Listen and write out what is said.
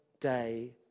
day